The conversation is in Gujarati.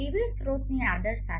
પીવી સ્રોતની આદર સાથે